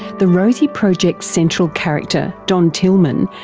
the rosie project's central character, don tillman,